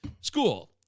school